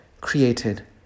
created